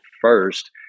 first